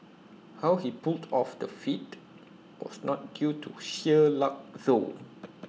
how he pulled off the feat was not due to sheer luck though